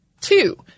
Two